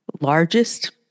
largest